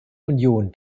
union